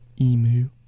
emu